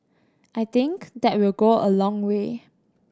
I think that will go a long way